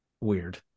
weird